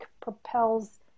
propels